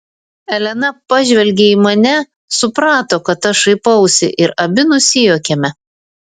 elena pažvelgė į mane suprato kad aš šaipausi ir abi nusijuokėme